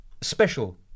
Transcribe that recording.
special